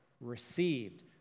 received